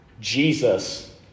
Jesus